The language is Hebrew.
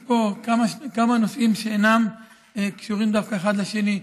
יש פה כמה נושאים שאינם קשורים דווקא אחד לשני.